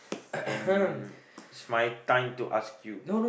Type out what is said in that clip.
and it's my time to ask you